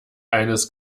eines